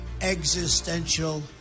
existential